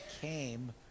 came